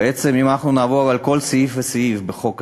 בעצם אם אנחנו נעבור על כל סעיף וסעיף בחוק הזה,